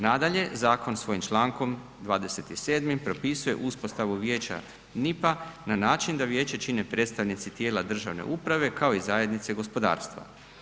Nadalje, zakon svojim Člankom 27. propisuje uspostavu vijeća NIP-a na način da vijeće čine predstavnici tijela državne uprave kao i zajednice gospodarstva.